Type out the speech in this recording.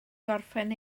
gorffen